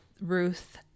Ruth